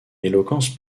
éloquence